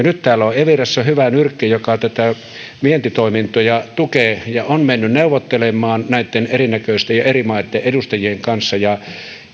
nyt täällä evirassa on hyvä nyrkki joka näitä vientitoimintoja tukee ja on mennyt neuvottelemaan näitten eri näköisten ja eri maitten edustajien kanssa